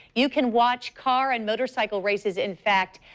you can watch car and motorcycle races, in fact,